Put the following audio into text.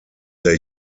der